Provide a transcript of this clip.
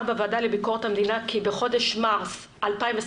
בוועדה לביקורת המדינה כי בחודש מרס 2021